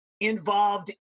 involved